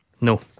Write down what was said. No